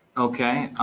okay,